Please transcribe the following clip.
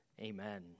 Amen